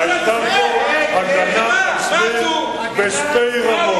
היתה פה הגנה עצמית בשתי רמות,